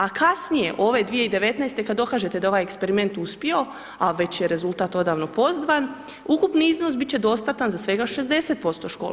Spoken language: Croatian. A kasnije, ove 2019.-te kad dokažete da je ovaj eksperiment uspio, a već je rezultat odavno poznat, ukupni iznos biti će dostatan za svega 60% škola.